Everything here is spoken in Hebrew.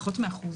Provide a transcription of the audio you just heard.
פחות מאחוז.